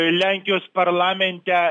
lenkijos parlamente